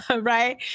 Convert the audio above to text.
right